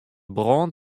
brân